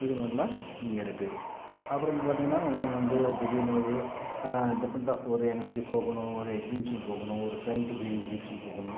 இது மாதிரிலாம் இங்கே இருக்குது அப்புறமேட்டு பார்த்தீங்கன்னா இன்னொன்னு வந்து திடீரெனு ஒரு டிஃப்ரெண்ட் ஆஃப் ஒரு எங்கேனாச்சும் போகணும் ஒரு எக்ஜிமிஷன் போகணும் ஒரு சைண்டிஃபை எக்ஜிபிஷன் போகணும்